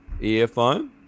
earphone